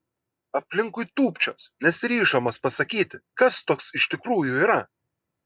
aplinkui tūpčios nesiryždamas pasakyti kas toks iš tikrųjų yra